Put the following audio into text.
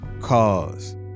cause